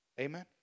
Amen